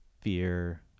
fear